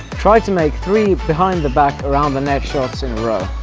try to make three behind the back around the net shots in a row.